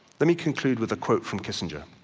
let me conclude with a quote from kissinger.